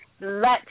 Let